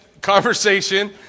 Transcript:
conversation